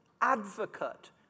advocate